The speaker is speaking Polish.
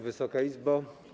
Wysoka Izbo!